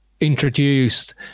introduced